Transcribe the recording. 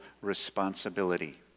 responsibility